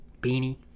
Beanie